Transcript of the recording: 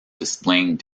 displaying